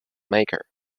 maker